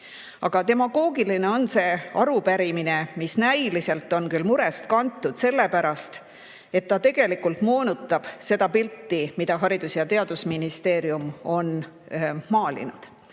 Aga demagoogiline on see arupärimine, mis näiliselt on küll murest kantud, sellepärast et ta tegelikult moonutab seda pilti, mida Haridus- ja Teadusministeerium on maalinud.